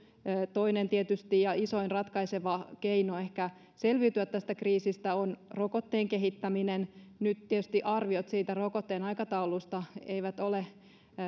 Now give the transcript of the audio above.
toinen ja isoin ratkaiseva keino ehkä selviytyä tästä kriisistä on rokotteen kehittäminen nyt tietysti arviot siitä rokotteen aikataulusta eivät ole